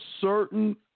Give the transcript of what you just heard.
certain